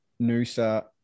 noosa